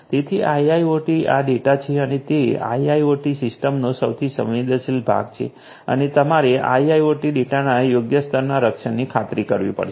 તેથી આઇઓઓટી આ ડેટા છે અને તે આઇઓઓટી સિસ્ટમ્સનો સૌથી સંવેદનશીલ ભાગ છે અને તમારે આઈઓટી ડેટાના યોગ્ય સ્તરના રક્ષણની ખાતરી કરવી પડશે